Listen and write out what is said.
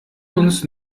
uns